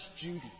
Judy